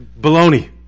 Baloney